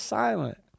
silent